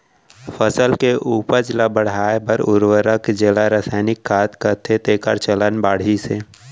फसल के उपज ल बढ़ाए बर उरवरक जेला रसायनिक खाद कथें तेकर चलन बाढ़िस हे